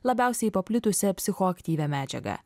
labiausiai paplitusią psichoaktyvią medžiagą